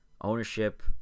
ownership